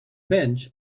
bench